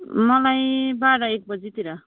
मलाई बाह्र एक बजीतिर